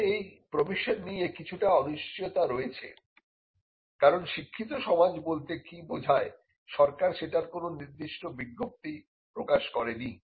তবে এই প্রভিশন নিয়ে কিছুটা অনিশ্চয়তা রয়েছে কারণ একটি শিক্ষিত সমাজ বলতে কি বোঝায় সরকার সেটার কোন নির্দিষ্ট বিজ্ঞপ্তি প্রকাশ করেনি